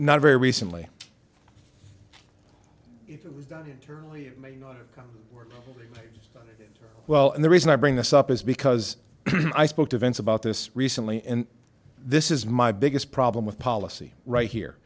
not very recently well and the reason i bring this up is because i spoke to vince about this recently and this is my biggest problem with policy right here